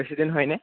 president হয়নে